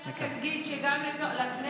אני רק אגיד שגם לכנסת,